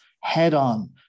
head-on